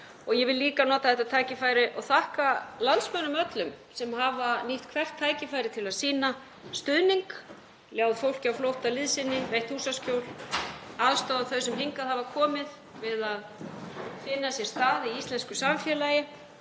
og ég vil líka nota þetta tækifæri og þakka landsmönnum öllum sem hafa nýtt hvert tækifæri til að sýna stuðning, ljáð fólki á flótta liðsinni, veitt húsaskjól, aðstoðað þau sem hingað hafa komið við að finna sér stað í íslensku samfélagi